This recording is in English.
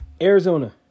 Arizona